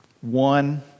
One